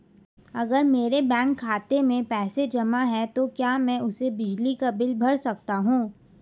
अगर मेरे बैंक खाते में पैसे जमा है तो क्या मैं उसे बिजली का बिल भर सकता हूं?